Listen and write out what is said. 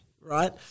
right